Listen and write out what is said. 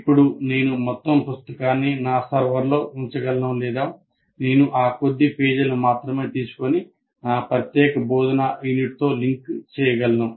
ఇప్పుడు నేను మొత్తం పుస్తకాన్ని నా సర్వర్లో ఉంచగలను లేదా నేను ఆ కొద్ది పేజీలను మాత్రమే తీసుకొని నా ప్రత్యేక బోధనా యూనిట్తో లింక్ చేయగలను